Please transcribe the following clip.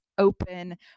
open